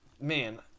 Man